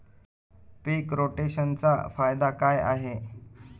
पीक रोटेशनचा फायदा काय आहे?